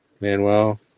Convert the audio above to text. Manuel